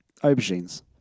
Aubergines